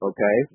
Okay